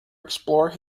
explore